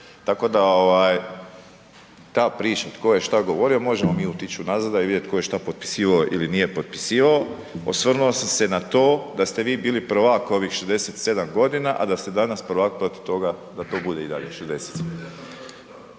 da ovaj ta priča tko je šta govorio, možemo mi otići unazad, a i vidjet tko je šta potpisivao ili nije potpisivao. Osvrnuo sam na to da ste vi bili prvak ovih 67 godina, a da ste danas prvak protiv toga da to bude i dalje 60.